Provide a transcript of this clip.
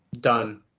Done